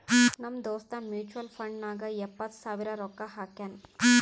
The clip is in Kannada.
ನಮ್ ದೋಸ್ತ ಮ್ಯುಚುವಲ್ ಫಂಡ್ ನಾಗ್ ಎಪ್ಪತ್ ಸಾವಿರ ರೊಕ್ಕಾ ಹಾಕ್ಯಾನ್